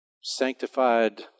sanctified